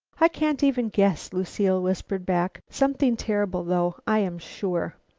i can't even guess, lucile whispered back. something terrible though, i am sure.